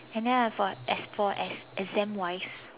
and then I have as for as exam wise